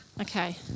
Okay